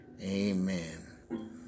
Amen